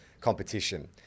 competition